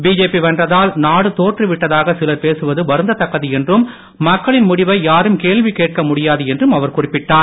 BJP வென்றதால் நாடு தோற்று விட்டதாக சிலர் பேசுவது வருந்த தக்கது என்றும் மக்களின் முடிவை யாரும் கேள்வி கேட்க முடியாது என்றும் அவர் குறிப்பிட்டார்